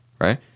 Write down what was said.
right